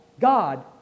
God